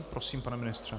Prosím, pane ministře.